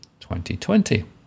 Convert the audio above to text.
2020